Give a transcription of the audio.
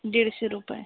दीडशे रुपये